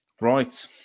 Right